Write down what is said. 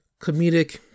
comedic